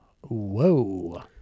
whoa